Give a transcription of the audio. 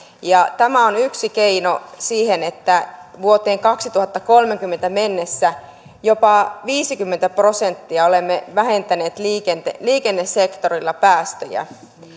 ja tämä on yksi keino siihen että vuoteen kaksituhattakolmekymmentä mennessä jopa viisikymmentä prosenttia olemme vähentäneet liikennesektorilla päästöjä